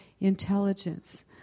intelligence